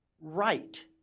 right